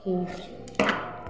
ठीक